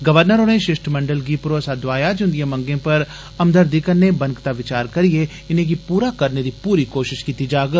governor होरें षिश्टमंडल गी भरोसा दोआया जे ओदिएं मंगें पर हमदर्दी कन्ने बनकदा विचार करियै इनेंगी पूरा करने दी पूरी कोष्त कीती जाग